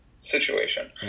situation